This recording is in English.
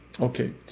Okay